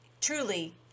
truly